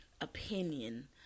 opinion